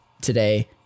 today